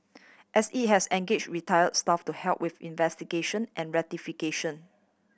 and it has engaged retired staff to help with investigation and rectification